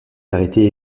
arrêté